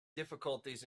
difficulties